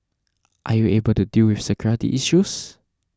are you able to deal with security issues